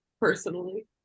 personally